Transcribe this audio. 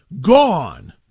gone